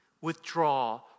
withdraw